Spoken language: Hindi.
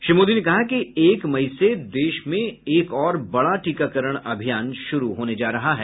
श्री मोदी ने कहा कि एक मई से देश में एक और बड़ा टीकाकरण अभियान शुरू होने जा रहा है